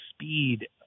speed